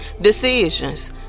decisions